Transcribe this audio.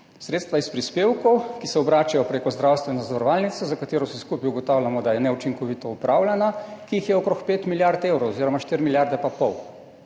Sredstva iz prispevkov, ki se obračajo preko zdravstvene zavarovalnice, za katero vsi skupaj ugotavljamo, da je neučinkovito upravljana, ki jih je okrog 5 milijard evrov oziroma 4,5 milijarde.